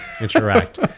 interact